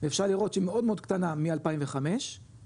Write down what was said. ואפשר לראות שהיא מאוד מאוד קטנה מ-2005 כי